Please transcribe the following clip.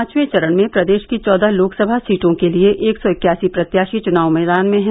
पांचवें चरण में प्रदेश की चौदह लोकसभा सीटों के लिये एक सौ इक्यासी प्रत्याशी चुनाव मैदान में हैं